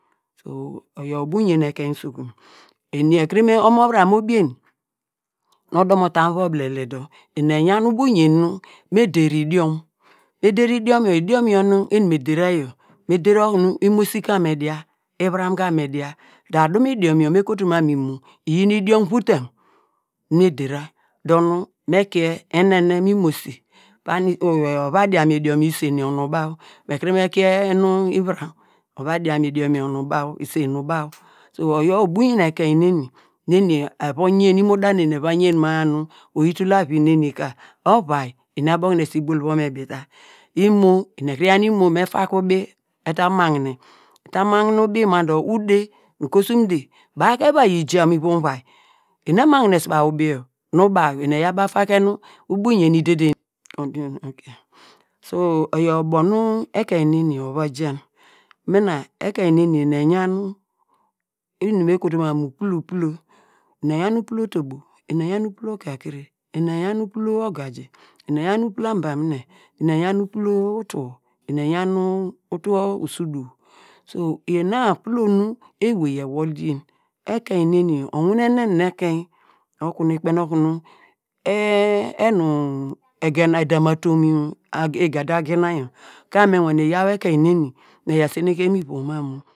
So oyor ubo uyen ekien usokun ene a kuru nu omo vurom obien nu oda mote mu uvia obilele dor eni eyam ubo uyem nu ivi der` idiom, eder` te idiom yor idiom yor nu eni me dira yor nu der` okunu imesi kor me dia, iveram ka me dia, du adu idiom yor me kuto mam mu iyon idiom vutam me der`a dop nu me kie eneme imosi pane ehu ova dieni mu idiom isen yor nu baw dor ekiri me kie inu ivram ova diam mu idiom nu baw isen yor nu baw oyor ubo uyen ekein neni nu eni evo yen, imo da neni evo yen ma- a nu oyi tul avi neni ka ovai, eni abo esukumu bol eva me beta, imo, eni ekuru yaw me beta imo, eni ekuru yaw nu imo me fake ubi eta magne eta magne ubi ma dor ude nu ukosum ude baw ka eva yi jamn ivom uvai, eni emagnese baw tebi yor, nu baw eni eyaw baw efar ke nu ubo uyen i dede in yor dor so oyor ubo nu ekein neni ova jaan, mina ekein neni eni eyan inum nu eni me kotu mam mu uplo, eni eyan uplo otobo, eni eyan uplo okakiri, eni eyan nu uplo ogaji, eni eyan nu uplo ambamine, eni eyan uplo utuwo, eni eyan nu utuwol usudwo ina aplo nu ewey ewol yin ekein neni owinenen nu ekein okunu ikpeiný okunu ehn enu egenam, edam a tum yor igada gina yor ka me wa ne yaw ekien neni me yaw seneke mu ivom mam mu.